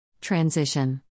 transition